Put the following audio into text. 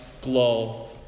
glow